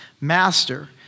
master